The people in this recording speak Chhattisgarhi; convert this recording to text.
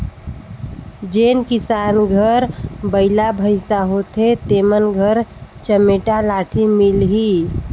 जेन किसान घर बइला भइसा होथे तेमन घर चमेटा लाठी मिलही